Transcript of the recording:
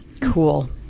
Cool